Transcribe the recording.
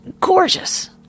gorgeous